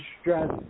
stress